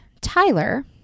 Tyler